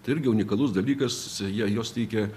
tai irgi unikalus dalykas jie jos teikia